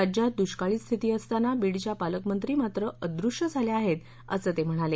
राज्यात दुष्काळी स्थिती असताना बीडच्या पालकमंत्री मात्र अदृश्य झाल्या आहेत असं ते म्हणाले